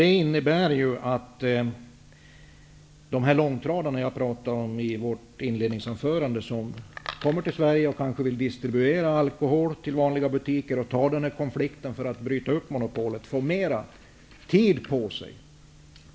Det innebär ju, som jag talade om i mitt inledningsanförande, att de som vill ta en konflikt för att bryta upp monopolet och vill ta in långtradare med alkoholdrycker till Sverige för distribution till vanliga butiker får mera tid på sig.